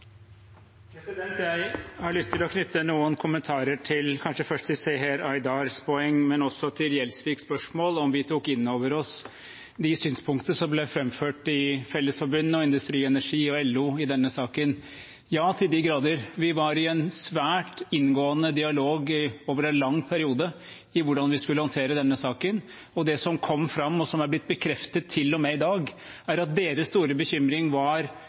Jeg har lyst til å knytte noen kommentarer først til Seher Aydars poeng, men også til Gjelsviks spørsmål, om vi tok inn over oss de synspunkter som ble framført av Fellesforbundet, Industri Energi og LO i denne saken. Ja, til de grader – vi var i en svært inngående dialog over en lang periode om hvordan vi skulle håndtere denne saken. Det som kom fram, og som er blitt bekreftet til og med i dag, er at deres store bekymring var